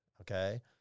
okay